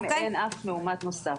אם אין אף מאומת נוסף.